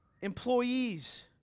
employees